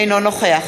אינו נוכח